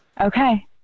Okay